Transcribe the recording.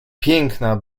piękna